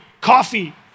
Coffee